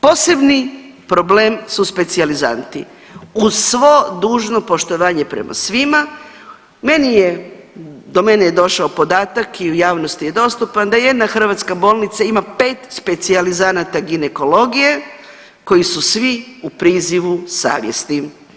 Posebni problem su specijalizanti, uz svo dužno poštovanje prema svima meni je do mene je došao podatak i u javnosti je dostupan da jedna hrvatska bolnica ima pet specijalizanata ginekologije koji su svi u prizivu savjesti.